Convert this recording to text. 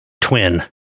twin